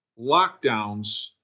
lockdowns